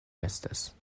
estas